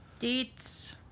deets